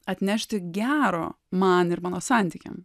atnešti gero man ir mano santykiam